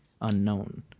unknown